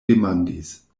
demandis